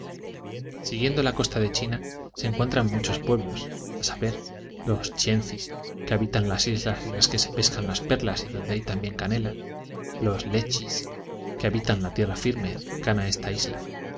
siguiendo la costa de china se encuentran muchos pueblos a saber los chiencis que habitan las islas en que se pescan las perlas y donde hay también canela los lecchiisf que habitan la tierra firme cercana a estas islas